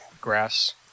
grass